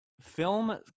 film